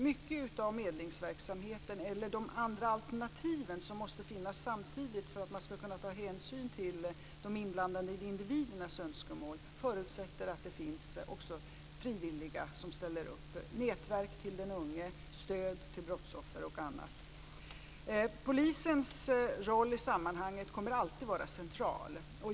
Mycket av medlingsverksamheten, eller de andra alternativen som samtidigt måste finnas för att man skall kunna ta hänsyn till de inblandade individernas önskemål, förutsätter att det finns frivilliga som ställer upp. Det handlar om nätverk till den unge, stöd till brottsoffer och annat. Polisens roll i sammanhanget kommer alltid att vara central.